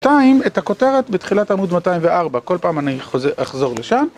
את הכותרת בתחילת עמוד 204, כל פעם אני אחזור לשם.